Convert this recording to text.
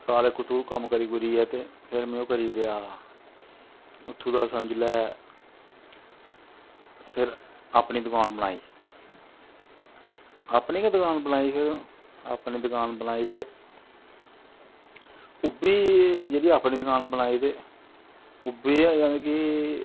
साल इक उत्थूं कम्म करी कुरियै ते फिर में ओह् करी ओड़ेआ उत्थूं दा समझी लै फिर अपनी दकान बनाई अपनी गै दकान बनाई अपनी गै दकान बनाई ते ओह् बी जेह्की अपनी दकान बनाई ते ओह् बी जानि के